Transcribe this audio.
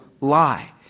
lie